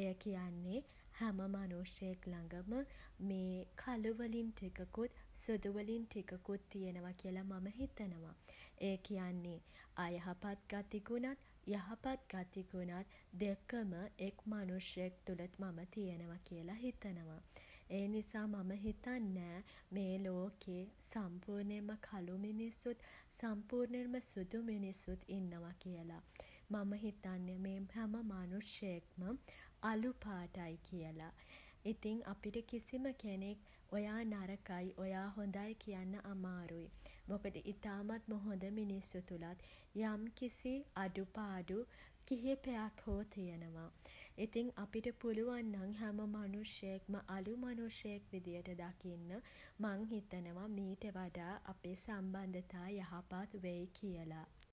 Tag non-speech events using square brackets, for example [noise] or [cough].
ඒ කියන්නේ [hesitation] හැම මනුෂ්‍යයෙක් ළඟම [hesitation] මේ කළු වලින් ටිකකුත් [hesitation] සුදු වලින් ටිකකුත් [hesitation] තියෙනවා කියලා මම හිතනවා. ඒ කියන්නේ [hesitation] අයහපත් ගතිගුණත් [hesitation] යහපත් ගතිගුණත් [hesitation] දෙකම [hesitation] එක් මනුෂ්‍යයෙක් තුළ මම තියෙනවා කියලා හිතෙනවා. ඒ නිසා මම හිතන් නෑ [hesitation] මේ ලෝකේ සම්පූර්ණයෙන්ම කළු මිනිස්සුත් [hesitation] සම්පූර්ණයෙන්ම සුදු මිනිස්සුත් ඉන්නවා කියලා. මම හිතන්නේ මේ සෑම මනුෂ්‍යයෙක්ම [hesitation] අළු පාටයි කියල. ඉතිං අපිට කිසිම කෙනෙක් [hesitation] ඔයා නරකයි [hesitation] ඔයා හොඳයි [hesitation] කියන්න අමාරුයි. මොකද ඉතාමත්ම හොඳ මිනිස්සු තුළත් [hesitation] යම්කිසි අඩු පාඩු [hesitation] කිහිපයක් හෝ තියනව. ඉතින් අපිට පුළුවන් නම් හැම මනුෂ්‍යයෙක්ම අළු මනුෂ්‍යයෙක් විදිහට දකින්න [hesitation] මං හිතනවා මීට වඩා අපේ සම්බන්ධතා යහපත් වෙයි කියලා.